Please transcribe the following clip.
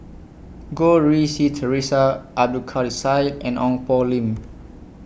Goh Rui Si Theresa Abdul Kadir Syed and Ong Poh Lim